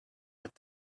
with